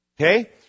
Okay